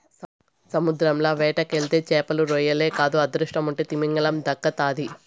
సముద్రంల వేటకెళ్తే చేపలు, రొయ్యలే కాదు అదృష్టముంటే తిమింగలం దక్కతాది